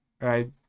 right